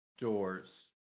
Doors